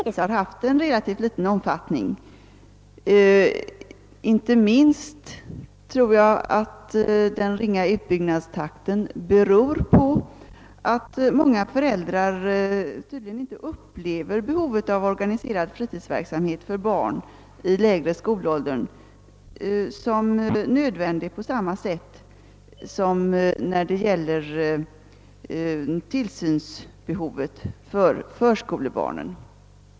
Herr talman! Jag vill understryka att det är riktigt att utbyggnadstakten har legat på en låg nivå, men den börjar öka. Det finns flera orsaker till att fritidshemsverksamheten hittills haft en relativt liten omfattning. Jag tror att den ringa utbyggnadstakten inte minst beror på att många föräldrar tydligen inte upplever en organiserad fritidsverksamhet för barn i lägre skolåldern som nödvändig på samma sätt som tillsyn av förskolebarn.